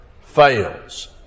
fails